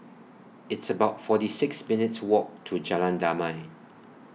It's about forty six minutes' Walk to Jalan Damai